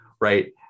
right